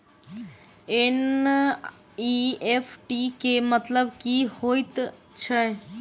NEFT केँ मतलब की हएत छै?